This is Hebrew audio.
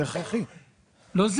זה הכרחי לחלוטין.